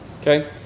Okay